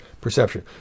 perception